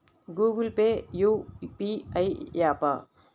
Google Pay UPI య్యాపా?